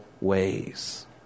ways